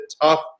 tough